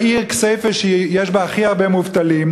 בעיר כסייפה, שיש בה הכי הרבה מובטלים.